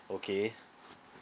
okay